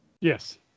Yes